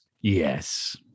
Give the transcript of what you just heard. Yes